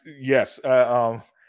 yes